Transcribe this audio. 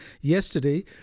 yesterday